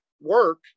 work